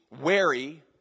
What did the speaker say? wary